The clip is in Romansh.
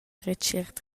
retschiert